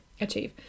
achieve